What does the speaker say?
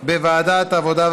מוועדת העבודה,